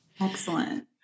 Excellent